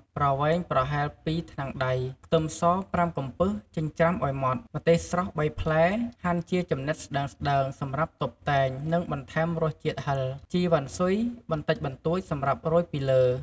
ៗ ប្រវែងប្រហែល ២ ថ្នាំងដៃ, ខ្ទឹមស ៥ កំពឹសចិញ្ច្រាំឲ្យម៉ដ្ឋ, , ម្ទេសស្រស់ ៣ ផ្លែ ហាន់ជាចំណិតស្តើងៗសម្រាប់តុបតែង និងបន្ថែមរសជាតិហិរ, ជីរវ៉ាន់ស៊ុយបន្តិចបន្តួចសម្រាប់រោយពីលើ។